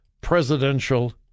presidential